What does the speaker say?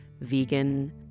vegan